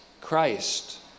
Christ